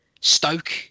Stoke